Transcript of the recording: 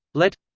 lett.